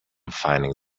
finding